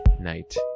night